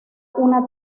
una